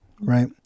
right